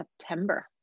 September